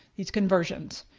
these conversions.